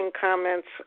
comments